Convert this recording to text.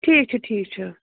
ٹھیٖک چھُ ٹھیٖک چھُ